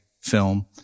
film